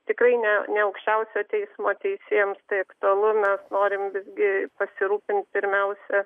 tikrai ne ne aukščiausio teismo teisėjams tai aktualu mes norim visgi pasirūpint pirmiausia